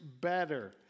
better